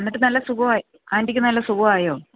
എന്നിട്ട് നല്ല സുഖമായോ ആൻറ്റിക്ക് നല്ല സുഖമായോ